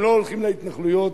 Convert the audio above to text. הם לא הולכים להתנחלויות,